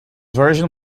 version